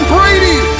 Brady